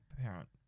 parent